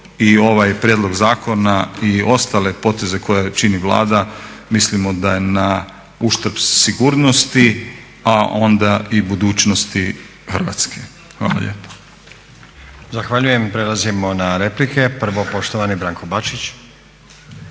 i ovaj prijedlog zakona i ostale poteze koje čini Vlada mislimo da je na uštrb sigurnosti, a onda i budućnosti Hrvatske. Hvala lijepa. **Stazić, Nenad (SDP)** Zahvaljujem. Prelazimo na replike. Prvo poštovani Branko Bačić.